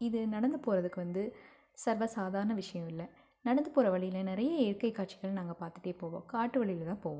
இது நடந்து போகிறதுக்கு வந்து சர்வ சாதாரண விஷயம் இல்லை நடந்து போகிற வழியில நிறைய இயற்கை காட்சிகள் நாங்கள் பாத்துட்டே போவோம் காட்டு வழியில தான் போவோம்